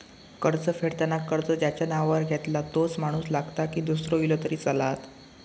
कर्ज फेडताना कर्ज ज्याच्या नावावर घेतला तोच माणूस लागता की दूसरो इलो तरी चलात?